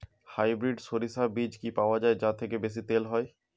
Hybrid শরিষা বীজ কি পাওয়া য়ায় যা থেকে বেশি তেল হয়?